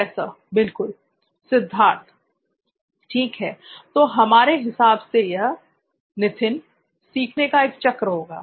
professor बिल्कुल l Siddharth ठीक है तो हमारे हिसाब से यह नित्थिन सीखने का एक चक्र होगा